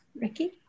Ricky